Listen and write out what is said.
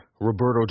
Roberto